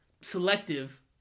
selective